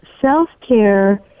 Self-care